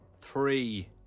three